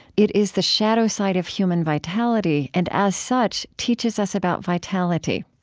it is the shadow side of human vitality and, as such, teaches us about vitality.